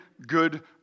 good